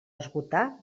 esgotar